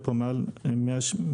על סנטים בודדים.